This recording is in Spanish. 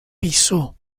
pisó